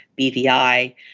BVI